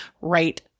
right